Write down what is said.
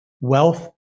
Wealth